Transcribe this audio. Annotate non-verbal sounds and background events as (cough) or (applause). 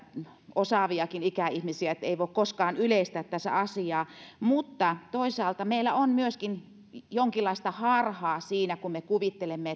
osaaviakin ikäihmisiä eli ei voi koskaan yleistää tässä asiaa mutta toisaalta meillä on myöskin jonkinlaista harhaa siinä kun me kuvittelemme (unintelligible)